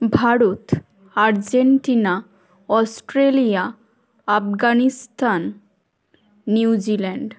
Bharat Argentina Australia Afghanistan New Zealand